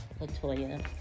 LaToya